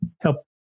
help